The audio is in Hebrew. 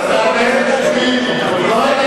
מענישים את החלשים.